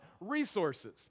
Resources